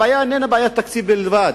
הבעיה איננה בעיית תקציב בלבד,